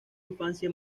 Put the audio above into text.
infancia